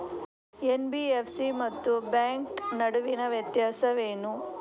NBFC ಮತ್ತು bank ನಡುವಿನ ವ್ಯತ್ಯಾಸವೇನು?